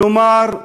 כלומר,